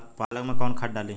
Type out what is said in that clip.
पालक में कौन खाद डाली?